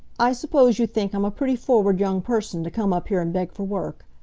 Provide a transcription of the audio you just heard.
i suppose you think i'm a pretty forward young person to come up here and beg for work.